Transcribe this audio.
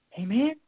Amen